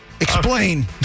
Explain